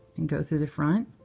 and go through the front,